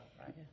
Right